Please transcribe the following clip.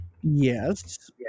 Yes